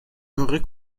leurs